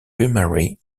primary